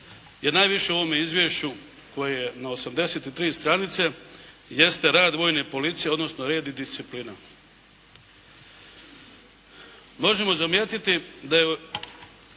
najviše u ovome izvješću koje je na 83 stranice, jeste rad vojne policije, odnosno red i disciplina. Možemo zamijeti da je